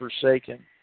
forsaken